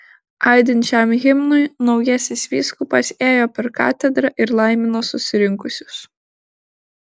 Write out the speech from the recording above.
aidint šiam himnui naujasis vyskupas ėjo per katedrą ir laimino susirinkusius